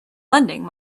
lending